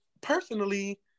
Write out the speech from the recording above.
personally